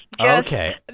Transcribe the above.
Okay